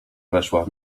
weszła